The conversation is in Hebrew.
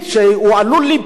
ושהוא עלול להיפגע,